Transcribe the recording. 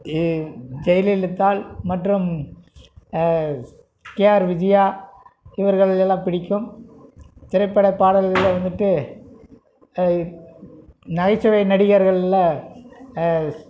ஜெயலலிதா மற்றும் கேஆர் விஜயா இவர்கள் எல்லாம் பிடிக்கும் திரைப்பட பாடல்களில் வந்துட்டு நகைச்சுவை நடிகர்களில்